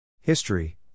History